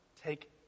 take